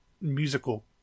musical